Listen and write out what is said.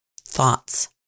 thoughts